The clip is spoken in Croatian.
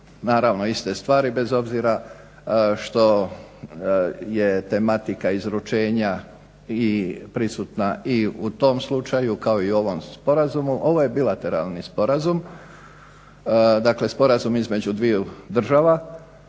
naravno iste stvari, bez obzira što je tematika izručenja i prisutna i u tom slučaju kao i u ovom sporazumu. Ovo je bilateralni sporazum, dakle sporazum između dviju država,